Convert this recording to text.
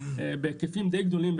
בהיקפים די גדולים,